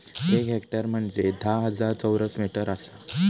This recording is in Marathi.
एक हेक्टर म्हंजे धा हजार चौरस मीटर आसा